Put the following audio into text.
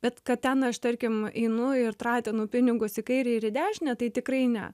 bet kad ten aš tarkim einu ir tratinu pinigus į kairę ir į dešinę tai tikrai ne